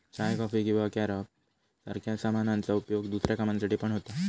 चाय, coffee किंवा कॅरब सारख्या सामानांचा उपयोग दुसऱ्या कामांसाठी पण होता